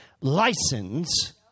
license